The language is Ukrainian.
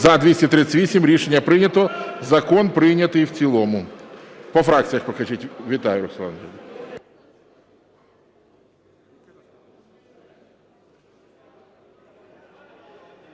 За-238 Рішення прийнято, закон прийнятий в цілому. По фракціях покажіть. Вітаю! Шановні